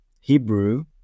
Hebrew